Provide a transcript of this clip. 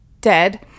dead